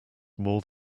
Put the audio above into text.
more